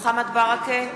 מוחמד ברכה,